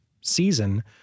season